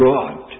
God